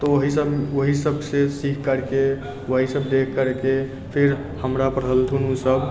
तऽ ओहिसबसँ सीखि करिके वएहसब देखि करिके फेर हमरा पढ़ेलखुन ओसब